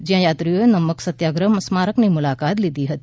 જ્યાં યાત્રીઓએ નમક સત્યાગ્રહ સ્મારકની મુલાકાત લીધી હતી